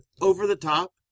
over-the-top